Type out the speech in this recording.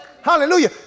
Hallelujah